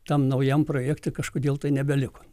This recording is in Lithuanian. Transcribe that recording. tam naujam projektui kažkodėl tai nebeliko